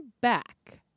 back